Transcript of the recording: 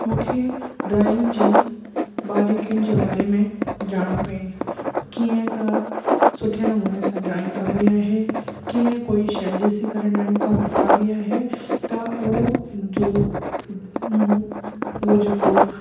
मूंखे ड्रॉइंग जी बारिकियुनि जे बारे में ॼाण पेई कीअं त सुठे नमूने सां ड्रॉइंग कबी आहे कीअं कोई शइ ॾिसी करे ड्रॉइंग क कबी आहे त उहो जो मूं उहो जेको